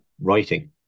writing